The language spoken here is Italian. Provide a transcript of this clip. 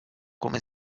come